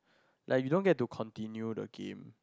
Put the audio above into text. like you don't get to continue the game